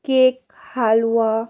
cake হালুয়া